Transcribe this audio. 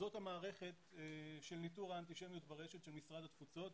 זאת המערכת של ניטור האנטישמיות ברשת של משרד התפוצות.